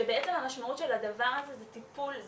בעצם המשמעות של הדבר הזה זה טיפול,